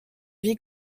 vie